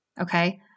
Okay